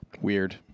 Weird